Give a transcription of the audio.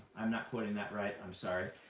i'm not quoting that right. i'm sorry.